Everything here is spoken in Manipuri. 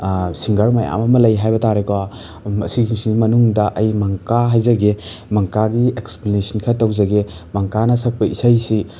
ꯁꯤꯡꯒꯔ ꯃꯌꯥꯝ ꯑꯃ ꯂꯩ ꯍꯥꯏꯕ ꯇꯥꯔꯦꯀꯣ ꯁꯤꯁꯤꯡꯒꯤ ꯃꯅꯨꯡꯗ ꯑꯩ ꯃꯪꯀꯥ ꯍꯥꯏꯖꯒꯦ ꯃꯪꯀꯥꯒꯤ ꯑꯦꯛꯁꯄ꯭ꯂꯦꯅꯦꯁꯟ ꯈꯔ ꯇꯧꯖꯒꯦ ꯃꯪꯀꯥꯅ ꯁꯛꯄ ꯏꯁꯩꯁꯤ